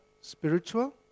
spiritual